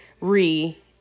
Re